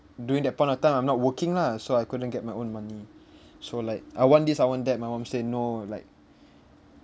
during that point of time I'm not working lah so I couldn't get my own money so like I want this I want that my mum say no like